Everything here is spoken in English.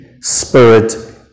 spirit